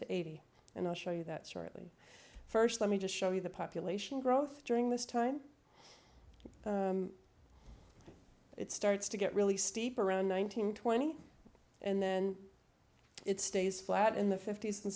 to eighty and i'll show you that shortly first let me just show you the population growth during this time it starts to get really steep around nineteen twenty and then it stays flat in the fifty's and